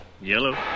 Yellow